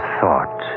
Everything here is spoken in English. thought